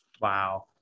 Wow